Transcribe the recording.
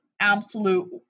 absolute